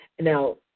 Now